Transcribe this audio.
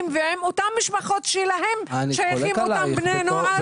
ועם אותן משפחות שאליהן שייכים אותם בני נוער.